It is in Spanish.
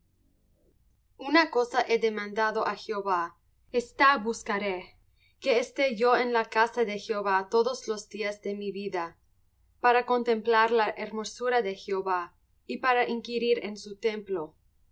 una cosa he demandado á jehová ésta buscaré que esté yo en la casa de jehová todos los días de mi vida para contemplar la hermosura de jehová y para inquirir en su templo